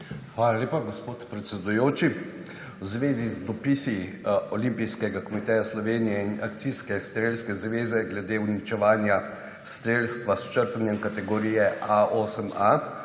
Hvala lepa, gospod predsedujoči. V zvezi z dopisi Olimpijskega komiteja Slovenije in akcijske strelske zveze glede uničevanja strelstva s črtanjem kategorije A8A